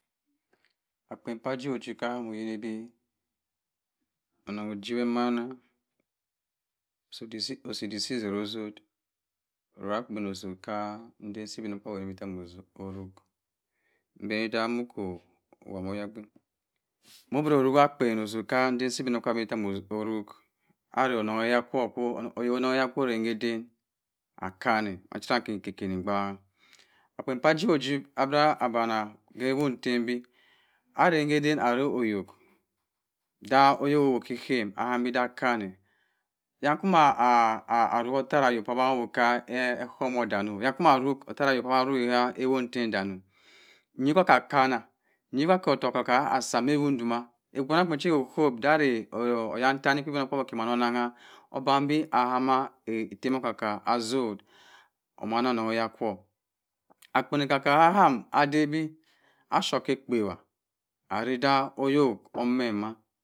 Akpen ka ojiwi oji ka ham oyinni bẹ onnon ojiwi emanna, osidik si sori osot orowi akpe kk igbinokpaabyi bi mo rek, mbani da mọkọ obeni mo oyabinn, mo biro rowi akpen aden sa ibinokpaabyi bẹ mo rok, ara onnon keh ko oranng ka eden, akanne, machira ika-ka i baak-a, akpen ka ojiwi ọji be bara awon ttam bi ara ka aden ara ọyọk da oyok ohowa ki ikam ahami da akẹn-ẹ da akoma arok ttara ohonn cha dok arok k'ohohm danni, yan kama arok thare anonn chadok arok m'ewontam dani ayi cha aka kannan, ayi wo aki odik okakka asi ma a-wo doma, mada awa kokowi ara iba sa ibinokpaabyi okamo onnang, oban bi ahama ettem okka-ka atzut omanna annon kẹ hẹ kwu, akpen okka-ka ga ham ada di asowa ka-akpawa ara da oyok ome ma